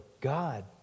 God